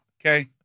Okay